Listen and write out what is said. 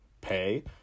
pay